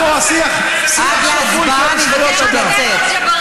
קשה לך לשמוע שיח שפוי של זכויות אדם.